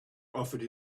offered